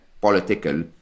political